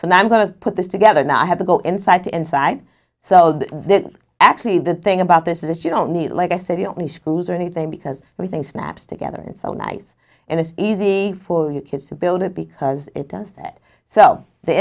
that i'm going to put this together now i have to go inside to inside so that actually the thing about this is you don't need like i said only screws or anything because we think snaps together it's so nice and it's easy for the kids to build it because it does fit so the